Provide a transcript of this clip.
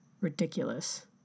ridiculous